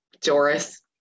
Doris